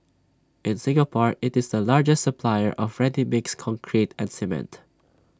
in Singapore it's the largest supplier of ready mixed concrete and cement